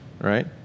right